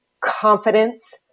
confidence